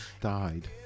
Died